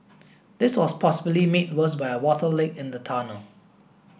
this was possibly made worse by a water leak in the tunnel